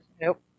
Nope